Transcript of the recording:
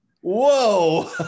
whoa